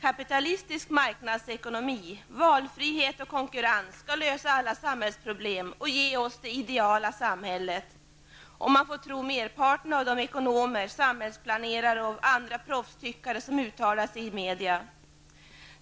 Kapitalistisk marknadsekonomi, valfrihet och konkurrens skall lösa alla samhällsproblem och ge oss det ideala samhället, om man får tro merparten av de ekonomer, samhällsplanerare och andra proffstyckare som uttalar sig i media.